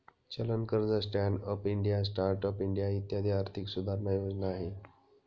चलन कर्ज, stand up India, start up India इत्यादी आर्थिक सुधारणा योजना आहे